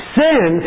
sin